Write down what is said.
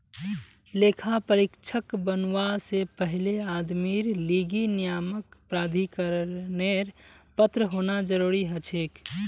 लेखा परीक्षक बनवा से पहले आदमीर लीगी नियामक प्राधिकरनेर पत्र होना जरूरी हछेक